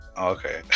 Okay